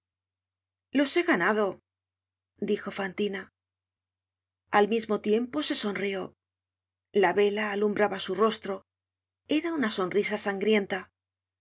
los he ganado dijo fantina al mismo tiempo se sonrió la vela alumbraba su rostro era una sonrisa sangrienta